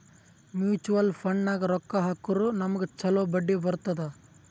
mutual ಫಂಡ್ನಾಗ್ ರೊಕ್ಕಾ ಹಾಕುರ್ ನಮ್ಗ್ ಛಲೋ ಬಡ್ಡಿ ಬರ್ತುದ್